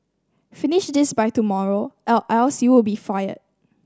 finish this by tomorrow or else you'll be fired